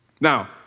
Now